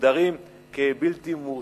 מוגדרים כבלתי מורשים.